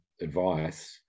advice